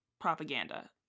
propaganda